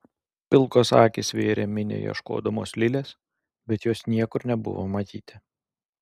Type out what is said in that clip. pilkos akys vėrė minią ieškodamos lilės bet jos niekur nebuvo matyti